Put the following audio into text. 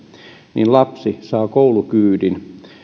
niin lapsi saa koulukyydin